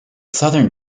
southern